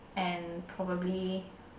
and probably